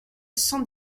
cent